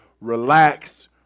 relax